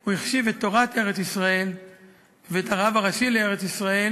הוא החשיב את תורת ארץ-ישראל ואת הרב הראשי לארץ-ישראל